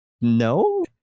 no